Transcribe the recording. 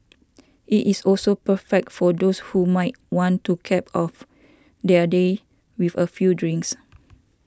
it is also perfect for those who might want to cap off their day with a few drinks